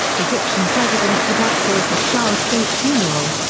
egyptian president sadat gave the shah a state funeral.